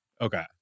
Okay